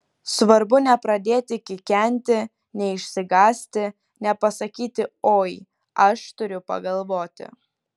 svarbu nepradėti kikenti neišsigąsti nepasakyti oi aš turiu pagalvoti